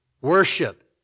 worship